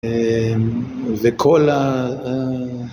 וכל ה...